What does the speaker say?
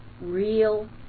real